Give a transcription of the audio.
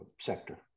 sector